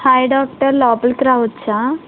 hi doctor లోపలికి రావచ్చా